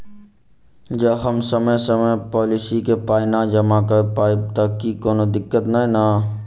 जँ हम समय सअ पोलिसी केँ पाई नै जमा कऽ पायब तऽ की कोनो दिक्कत नै नै?